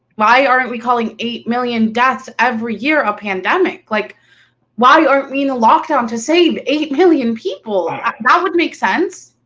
why aren't we calling eight million deaths every year a pandemic? like why aren't we in a lockdown to save eight million people? that would make sense.